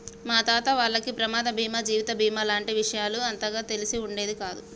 మా తాత వాళ్లకి ప్రమాద బీమా జీవిత బీమా లాంటి విషయాలు అంతగా తెలిసి ఉండేది కాదు